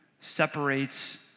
separates